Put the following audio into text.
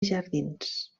jardins